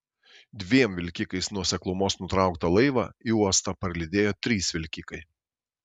dviem vilkikais nuo seklumos nutrauktą laivą į uostą parlydėjo trys vilkikai